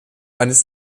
eines